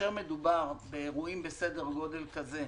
כאשר מדובר באירועים בסדר גודל כזה,